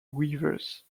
weavers